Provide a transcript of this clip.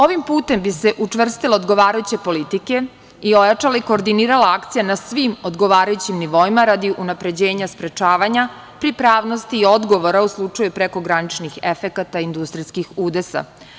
Ovim putem bi se učvrstile odgovarajuće politike i ojačala i koordinirala akcija na svim odgovarajućim nivoima, radi unapređenja sprečavanja, pripravnosti i odgovora u slučaju prekograničnih efekata industrijskih udesa.